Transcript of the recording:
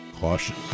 caution